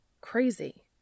crazy